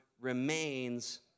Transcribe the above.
remains